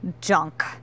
junk